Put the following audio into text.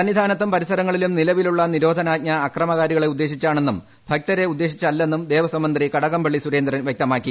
സന്നിധാനത്തിൽ പരിസരങ്ങളിലും നിലവിലുള്ള നിരോധനാജ്ഞ അക്രമകാരികളെ ഉദ്ദേശിച്ചാണെന്നും ഭക്തരെ ഉദ്ദേശിച്ചല്ലെന്നും ദേവസ്വംമന്ത്രി കടകംപള്ളി സുരേന്ദ്രൻ വൃക്തമാക്കി